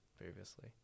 previously